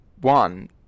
one